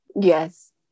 Yes